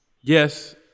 Yes